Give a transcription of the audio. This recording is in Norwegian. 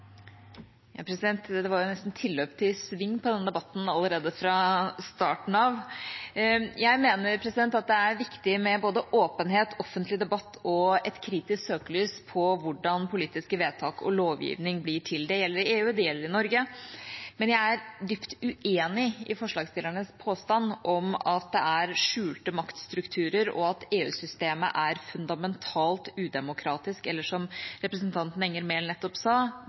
var jo nesten tilløp til sving på denne debatten allerede fra starten av! Jeg mener det er viktig med både åpenhet, offentlig debatt og et kritisk søkelys på hvordan politiske vedtak og lovgivning blir til. Det gjelder i EU, og det gjelder i Norge. Men jeg er dypt uenig i forslagsstillernes påstand om at det er skjulte maktstrukturer, og at EU-systemet er fundamentalt udemokratisk – eller som representanten Enger Mehl nettopp sa: